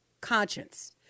conscience